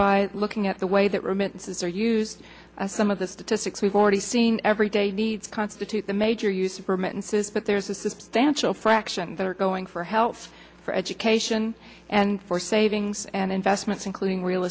by looking at the way that remittances are used as some of the statistics we've already seen every day needs constitute the major use superman says but there's a substantial fraction that are going for health for education and for savings and investments including real